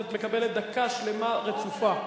את מקבלת דקה שלמה, רצופה.